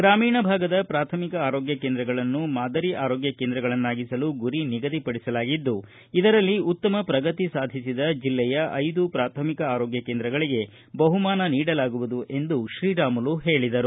ಗ್ರಾಮೀಣ ಭಾಗದ ಪ್ರಾಥಮಿಕ ಆರೋಗ್ಡ ಕೇಂದ್ರಗಳನ್ನು ಮಾದರಿ ಆರೋಗ್ಡ ಕೇಂದ್ರಗಳನ್ನಾಗಿಸಲು ಗುರಿ ನಿಗದಿಪಡಿಸಲಾಗಿದ್ದು ಇದರಲ್ಲಿ ಉತ್ತಮ ಪ್ರಗತಿ ಸಾಧಿಸಿದ ಜಿಲ್ಲೆಯ ಐದು ಪ್ರಾಥಮಿಕ ಆರೋಗ್ಯ ಕೇಂದ್ರಗಳಿಗೆ ಬಹುಮಾನ ನೀಡಲಾಗುವದು ಎಂದು ಶ್ರೀರಾಮುಲು ಹೇಳಿದರು